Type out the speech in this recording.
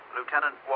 Lieutenant